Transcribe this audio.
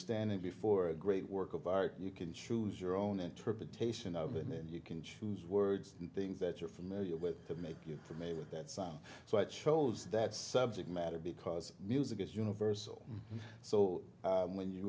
standing before a great work of art you can choose your own interpretation of the name you can choose words and things that you're familiar with to make you familiar with that sound so i chose that subject matter because music is universal so when you